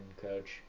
coach